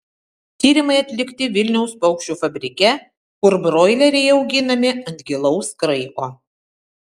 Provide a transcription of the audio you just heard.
tyrimai atlikti vilniaus paukščių fabrike kur broileriai auginami ant gilaus kraiko